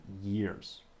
years